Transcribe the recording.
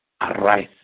Arise